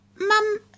Mum